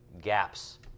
gaps